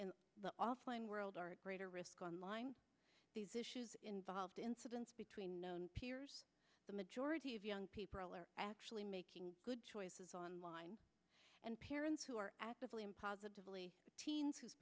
offline world are at greater risk online these issues involved incidents between known peers the majority of young people are actually making good choices online and parents who are actively in positively teens whose